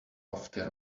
lofty